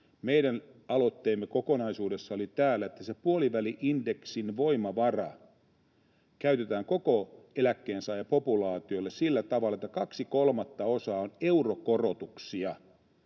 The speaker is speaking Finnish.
Meidän aloitteemme kokonaisuudessaan oli, että se puoliväli-indeksin voimavara käytetään koko eläkkeensaajapopulaatiolle sillä tavalla, että kaksi kolmasosaa on eurokorotuksia